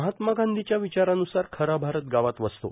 महात्मा गांधींच्या विचारानुसार खरा भारत गावात वसतो